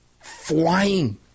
flying